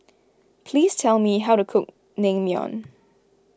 please tell me how to cook Naengmyeon